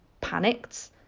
panicked